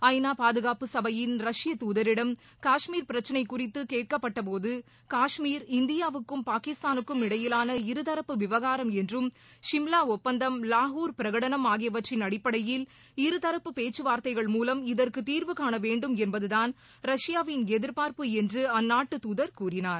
ஐ நா பாதுகாப்பு சபையின் ரஷ்ய தூதரிடம் காஷ்மீர் பிரச்சினை குறித்து கேட்கப்பட்ட போது காஷ்மீர் இந்தியாவுக்கும் பாகிஸ்தானுக்கும் இடையிலான இருதரப்பு விவகாரம் என்றும் சிம்லா ஒப்பந்தம் லாகூர் பிரகடனம் ஆகியவற்றின் அடிப்படையில் இருதரப்பு பேச்சுவார்த்தைகள் மூலம் இதற்கு தீர்வுகாண வேண்டும் என்பதுதான் ரஷ்யாவின் எதிர்பார்ப்பு என்று அந்நாட்டு துதர் கூறினார்